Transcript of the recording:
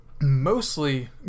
mostly